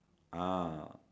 ah